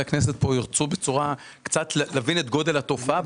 הכנסת ירצו בצורה להבין את גודל התופעה.